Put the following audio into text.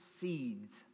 seeds